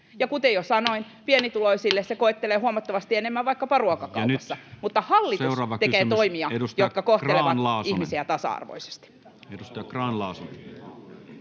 koputtaa] pienituloisia se koettelee huomattavasti enemmän vaikkapa ruokakaupassa. Mutta hallitus tekee toimia, jotka kohtelevat ihmisiä tasa-arvoisesti.